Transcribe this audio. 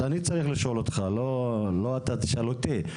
אני צריך לשאול אותך, לא אתה תשאל אותי.